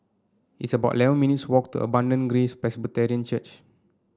it's about eleven minutes' walk to Abundant Grace Presbyterian Church